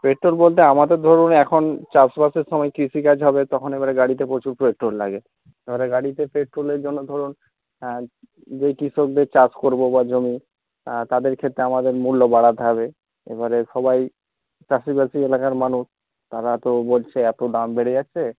petrol বলতে আমাদের ধরুন এখন চাষবাসের সময় কৃষিকাজ হবে তখন এবারে গাড়িতে প্রচুর পেট্রোল লাগে তাপরে গাড়িতে পেট্রোলের জন্য ধরুন যে কৃষকদের চাষ করবো বা জমি তাদের ক্ষেত্রে আমদের মূল্য বাড়াতে হবে এবারে সবাই চাষিবাসী এলাকার মানুষ তারা তো বলছে এত দাম বেড়ে যাচ্ছে